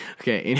okay